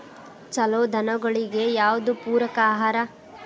ಛಲೋ ದನಗಳಿಗೆ ಯಾವ್ದು ಪೂರಕ ಆಹಾರ?